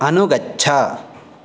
अनुगच्छ